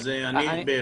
אז אני בהחלט